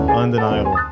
undeniable